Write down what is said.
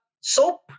Soap